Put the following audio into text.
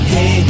Hey